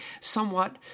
somewhat